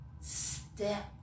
Step